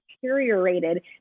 deteriorated